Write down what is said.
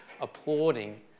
applauding